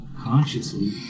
consciously